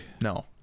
no